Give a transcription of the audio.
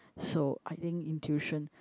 so I think intuition